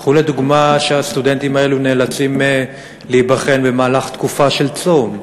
קחו לדוגמה שהסטודנטים האלו נאלצים להיבחן במהלך תקופה של צום,